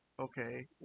Okay